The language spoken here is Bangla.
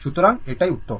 সুতরাং এটাই উত্তর